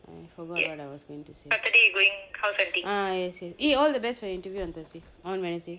I forgot what I was going to say ah yes yes eh all the best when interviewed on thursday on wednesday